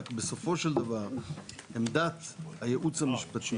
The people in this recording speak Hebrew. רק בסופו של דבר עמדת הייעוץ המשפטי לממשלה.